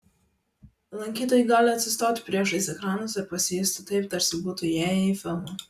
lankytojai gali atsistoti priešais ekranus ir pasijusti taip tarsi būtų įėję į filmą